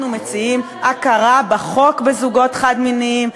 אנחנו מציעים הכרה בחוק בזוגות חד-מיניים.